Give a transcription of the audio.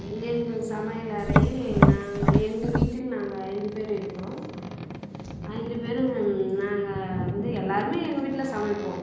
எங்கள் சமையல் அறையில் நாங்கள் எங்கள் வீட்டில் நாங்கள் ஐந்து பேர் இருக்கிறோம் ஐந்து பேரும் நாங்கள் வந்து எல்லோருமே எங்கள் வீட்டில் சமைப்போம்